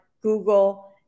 Google